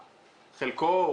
חלקו?